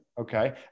okay